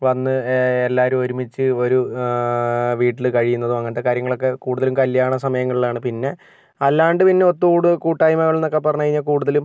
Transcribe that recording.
വന്ന് എല്ലാവരും ഒരുമിച്ചു ഒരു വീട്ടില് കഴിയുന്നതും അങ്ങനത്തെ കാര്യങ്ങളൊക്കെ കൂടുതലും കല്യാണ സമയങ്ങളിലാണ് പിന്നെ അല്ലാണ്ട് പിന്നെ ഒത്തുകൂടുക കൂട്ടായ്മകള് എന്നൊക്കെ പറഞ്ഞു കഴിഞ്ഞാൽ കൂടുതലും